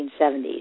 1970s